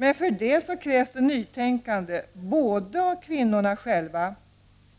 Men för det krävs det nytänkande av kvinnorna själva, av